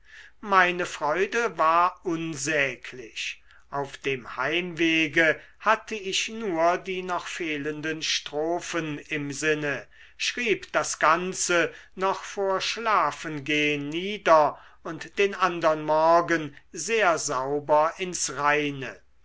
meine freude war unsäglich auf dem heimwege hatte ich nur die noch fehlenden strophen im sinne schrieb das ganze noch vor schlafengehn nieder und den andern morgen sehr sauber ins reine